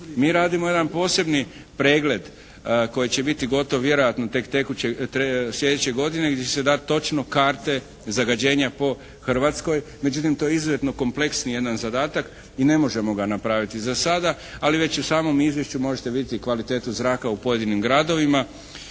Mi radimo jedan posebni pregled koji će biti gotov vjerojatno tek tekuće, slijedeće godine gdje će se dati točno karte zagađenja po Hrvatskoj. Međutim, to je izuzetno kompleksni jedan zadatak i ne možemo ga napraviti za sada, ali već u samom izvješću možete vidjeti kvalitetu zraka u pojedinim gradovima.